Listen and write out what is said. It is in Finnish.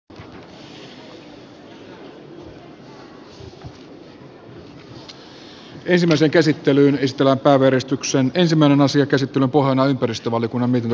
ensimmäisen käsittelyn ystävä päivystyksen ensimmäinen asia käsittelyn pohjana on ympäristövaliokunnan mietintö